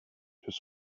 his